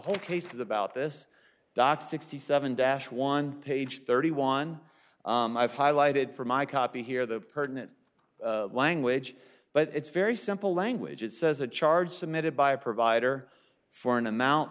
whole case is about this doc sixty seven dash one page thirty one i've highlighted for my copy here the pertinent language but it's very simple language it says a charge submitted by a provider for an amount